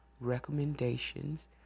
recommendations